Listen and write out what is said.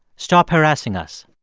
stop harassing us.